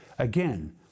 Again